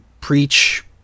preach